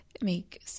make